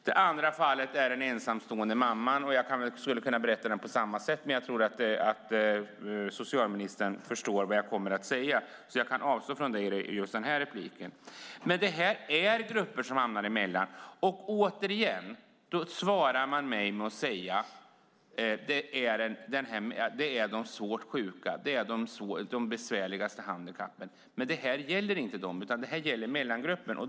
Det andra fallet gäller en ensamstående mamma. Jag skulle kunna berätta den på samma sätt, men jag tror att socialministern förstår vad jag kommer att säga. Därför avstår jag från det i det här anförandet. Det här är grupper som hamnar emellan. Svaret jag får handlar om de svårt sjuka och dem med de besvärligaste handikappen, men detta gäller inte dem. Det här gäller en mellangrupp.